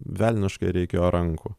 velniškai reikėjo rankų